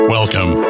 Welcome